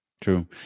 true